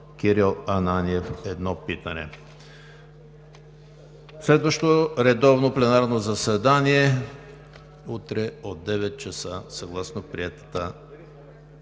Кирил Ананиев – едно питане. Следващо редовно пленарно заседание утре от 9,00 ч. съгласно приетата